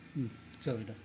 जाबायदा